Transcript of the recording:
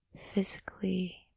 physically